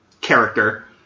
character